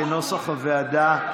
כנוסח הוועדה,